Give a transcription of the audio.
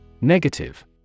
Negative